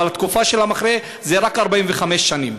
אבל התקופה של המכרה זה רק 45 שנים.